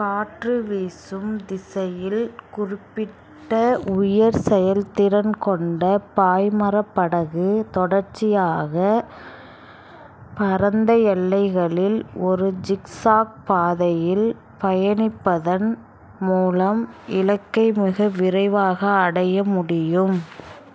காற்று வீசும் திசையில் குறிப்பிட்ட உயர் செயல்திறன் கொண்ட பாய்மரப் படகு தொடர்ச்சியாக பரந்த எல்லைகளில் ஒரு ஜிக்சாக் பாதையில் பயணிப்பதன் மூலம் இலக்கை மிக விரைவாக அடைய முடியும்